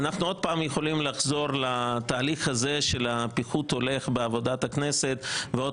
אנחנו עוד פעם יכולים לחזור לתהליך הזה של פיחות הולך בעבודת הכנסת ועוד